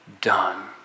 done